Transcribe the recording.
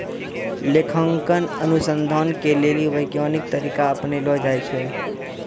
लेखांकन अनुसन्धान के लेली वैज्ञानिक तरीका अपनैलो जाय छै